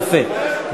יפה.